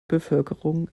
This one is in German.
bevölkerung